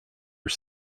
are